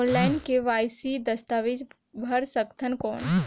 Online KYC दस्तावेज भर सकथन कौन?